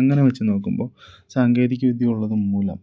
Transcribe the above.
അങ്ങനെ വെച്ച് നോക്കുമ്പോൾ സാങ്കേതിക വിദ്യ ഉള്ളത് മൂലം